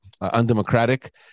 undemocratic